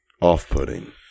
off-putting